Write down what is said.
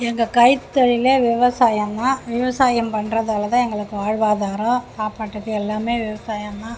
எங்கள் கைத்தொழிலே விவசாயம்தான் விவசாயம் பண்ணுறதால தான் எங்களுக்கு வாழ்வாதாரம் சாப்பாட்டுக்கு எல்லாமே விவசாயம் தான்